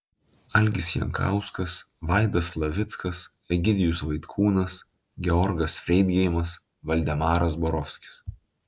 algis jankauskas vaidas slavickas egidijus vaitkūnas georgas freidgeimas valdemaras borovskis